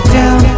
down